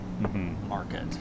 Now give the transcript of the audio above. market